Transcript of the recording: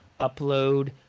upload